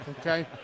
okay